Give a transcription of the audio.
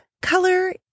Color